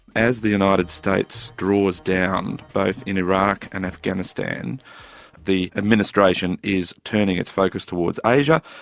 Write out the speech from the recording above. as the united states draws down both in iraq and afghanistan the administration is turning its focus towards asia.